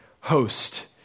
host